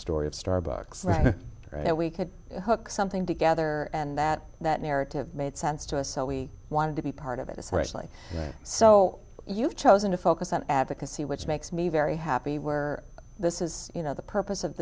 story of starbucks and how we could hook something together and that that narrative made sense to us so we wanted to be part of it especially so you've chosen to focus on advocacy which makes me very happy where this is you know the purpose of